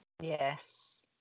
yes